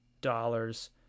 dollars